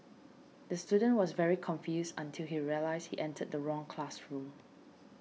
the student was very confused until he realised entered the wrong classroom